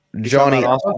Johnny